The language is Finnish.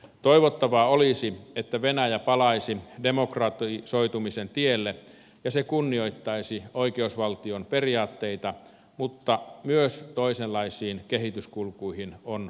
toivottavaa olisi että venäjä palaisi demokratisoitumisen tielle ja se kunnioittaisi oikeusvaltion periaatteita mutta myös toisenlaisiin kehityskulkuihin on varauduttava